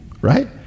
Right